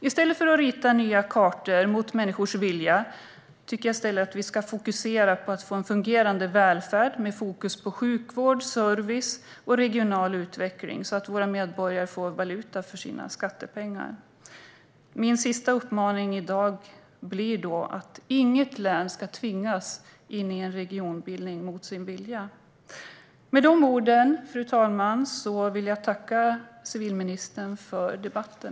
I stället för att rita nya kartor mot människors vilja tycker jag att vi ska fokusera på att få en fungerande välfärd med fokus på sjukvård, service och regional utveckling så att våra medborgare får valuta för sina skattepengar. Min sista uppmaning i dag blir att inget län ska tvingas in i en regionbildning mot sin vilja. Med de orden, fru talman, vill jag tacka civilministern för debatten.